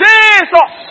Jesus